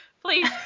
please